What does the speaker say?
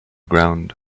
ground